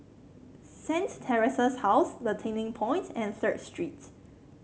Saint Theresa's House The Turning Point and Third Street